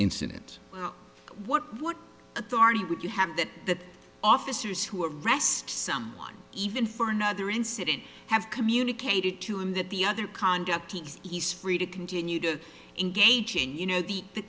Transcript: incident what what authority would you have that officers who arrests someone even for another incident have communicated to him that the other conduct he's free to continue to engage in you know the the